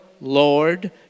Lord